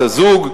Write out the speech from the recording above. או בת-הזוג,